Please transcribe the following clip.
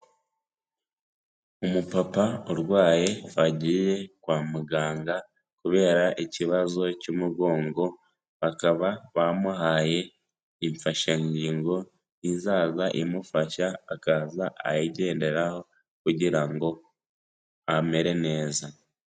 Umupapa urwaye wagiye kwa muganga kubera ikibazo cy'umugongo, bakaba bamuhaye imfashangingo izaza imufasha akaza ayigenderaho kugira ngo amere neza.